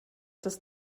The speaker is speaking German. das